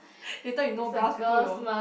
later you no brows people will